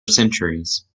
centuries